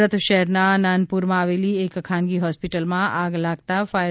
સુરત શહેરના નાનપુરામાં આવેલી એક ખાનગી હોસ્પિટલમાં આગ લાગતા ફાયર